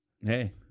Hey